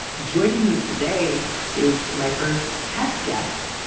joining me today is my first tefft guest,